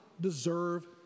deserve